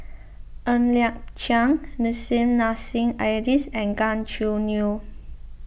Ng Liang Chiang Nissim Nassim Aerdis and Gan Choo Neo